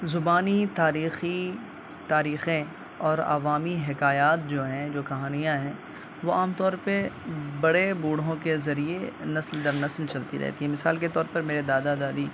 زبانی تاریخی تاریخیں اور عوامی حکایات جو ہیں جو کہانیاں ہیں وہ عام طور پہ بڑے بوڑھوں کے ذریعے نسل در نسل چلتی رہتی ہیں مثال کے طور پر میرے دادا دادی